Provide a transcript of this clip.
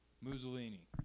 Mussolini